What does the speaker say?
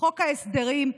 בחוק ההסדרים: